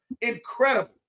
Incredible